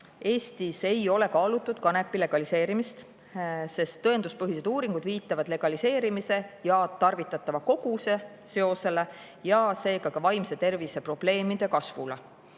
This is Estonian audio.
Eestis ei ole kaalutud kanepi legaliseerimist, sest tõenduspõhised uuringud viitavad legaliseerimise ja tarvitatava koguse seosele ja seega ka vaimse tervise probleemide kasvule.